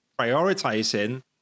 prioritizing